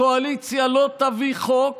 הקואליציה לא תביא חוק